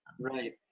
right